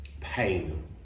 pain